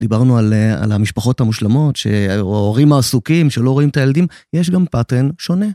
דיברנו על המשפחות המושלמות, שההורים העסוקים, שלא רואים את הילדים, יש גם פטרן שונה.